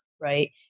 right